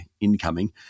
incoming